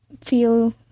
feel